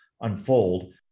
unfold